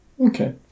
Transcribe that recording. Okay